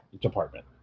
department